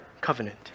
covenant